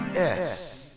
Yes